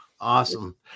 awesome